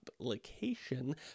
application